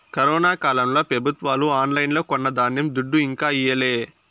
corona కాలంల పెబుత్వాలు ఆన్లైన్లో కొన్న ధాన్యం దుడ్డు ఇంకా ఈయలే